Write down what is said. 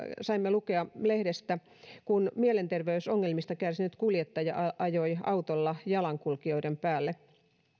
saimme lukea lehdestä että mielenterveysongelmista kärsinyt kuljettaja ajoi autolla jalankulkijoiden päälle